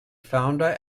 founder